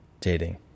Dating